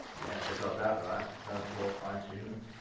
yeah, they got that right, no four fine tuners.